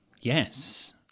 Yes